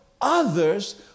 others